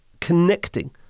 connecting